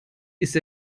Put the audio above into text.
ist